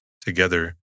together